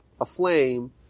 aflame